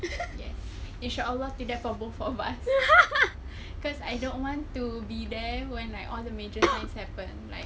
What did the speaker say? yes inshallah to that for both of us cause I don't want to be there when like all the major signs happen like